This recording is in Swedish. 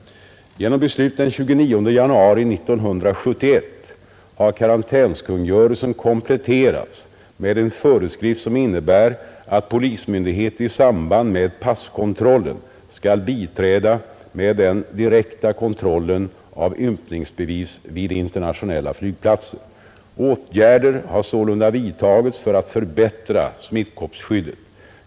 Genom beslut den 29 januari 1971 har karantänskungörelsen kompletterats med en föreskrift som innebär att polismyndighet i samband med passkontrollen skall biträda med den direkta kontrollen av ympningsbevis vid internationella flygplatser. Åtgärder har sålunda vidtagits för att förbättra smittkoppsskyddet.